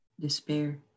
despair